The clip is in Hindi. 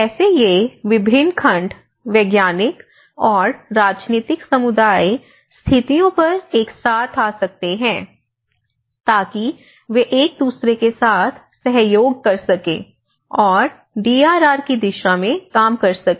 कैसे ये विभिन्न खंड वैज्ञानिक और राजनीतिक समुदाय स्थितियों पर एक साथ आ सकते हैं ताकि वे एक दूसरे के साथ सहयोग कर सकें और डीआरआर की दिशा में काम कर सकें